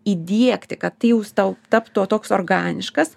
įdiegti kad tai jis tau taptų toks organiškas